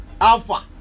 Alpha